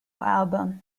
album